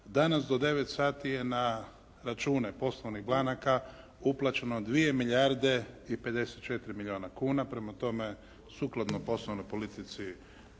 Danas do 9 sati je na račune poslovnih banaka uplaćeno 2 milijarde i 54 milijuna kuna. Prema tome, sukladno poslovnoj politici